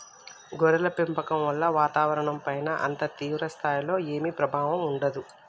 గొర్రెల పెంపకం వల్ల వాతావరణంపైన అంత తీవ్ర స్థాయిలో ఏమీ ప్రభావం ఉండదు